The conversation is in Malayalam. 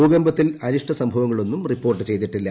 ഭൂകമ്പത്തിൽ അനിഷ്ട സംഭവങ്ങളൊന്നും റിപ്പോർട്ട് ചെയ്തിട്ടില്ല